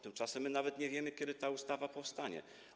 Tymczasem nawet nie wiemy, kiedy ta ustawa powstanie.